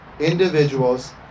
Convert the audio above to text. Individuals